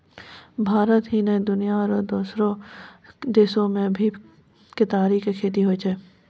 भारत ही नै, दुनिया रो दोसरो देसो मॅ भी केतारी के खेती होय छै